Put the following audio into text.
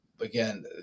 again